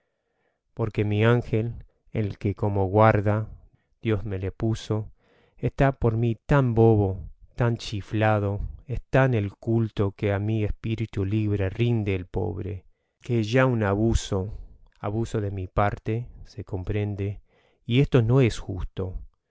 porque mi ángel el que como guarda dios me le puso está por mí tan bobo tan chiflado es tal el culto que á mi espíritu libre rinde el pobre que es ya un abuso abuso de mi parte se comprendo y esto no es justo